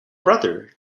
brother